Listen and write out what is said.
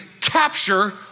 capture